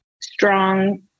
strong